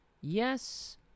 yes